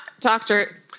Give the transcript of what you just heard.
doctor